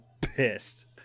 pissed